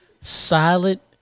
silent